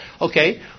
Okay